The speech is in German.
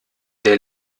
der